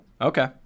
Okay